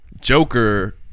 Joker